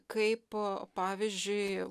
kaip pavyzdžiui